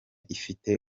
ifite